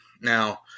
now